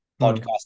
podcast